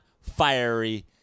fiery